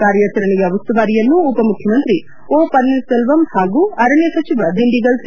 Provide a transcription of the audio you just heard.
ಕಾರ್ಯಾಚರಣೆಯ ಉಸ್ತುವಾರಿಯನ್ನು ಉಪಮುಖ್ಯಮಂತ್ರಿ ಓಪನ್ನೀರ್ಸೆಲ್ಲಂ ಹಾಗೂ ಅರಣ್ಣ ಸಚಿವ ದಿಂಡಿಗಲ್ ಸಿ